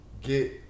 get